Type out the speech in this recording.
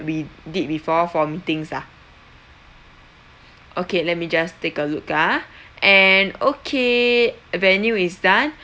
we did before for meetings lah okay let me just take a look ah and okay venue is done